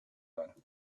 doing